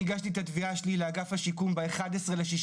אני הגשתי את התביעה שלי לאגף השיקום ב-11.6.2001